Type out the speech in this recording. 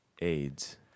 AIDS